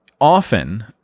often